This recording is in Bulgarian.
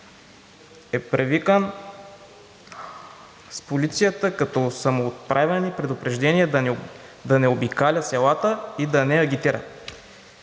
е привикван в полицията, като са му отправени предупреждения да не обикаля селата и да не агитира.